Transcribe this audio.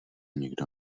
nikdo